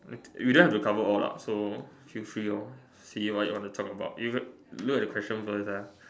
you don't have to cover all lah so feel free lor see what you want to talk about you look at the question first lah